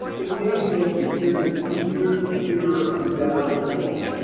it may have made the experience easier clearer and better overall.